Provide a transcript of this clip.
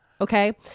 Okay